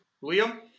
William